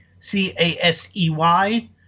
C-A-S-E-Y